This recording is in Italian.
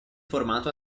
formato